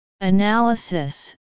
Analysis